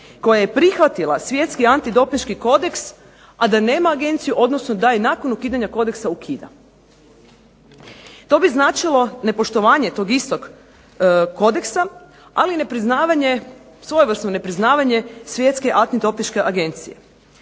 koja je prihvatila Svjetski antidopinški kodeks, a da nema agenciju odnosno da je nakon ukidanja kodeksa ukida. To bi značilo nepoštovanje tog istog kodeksa, ali i nepriznavanje, svojevrsno nepriznavanje Svjetske antidopinške agencije.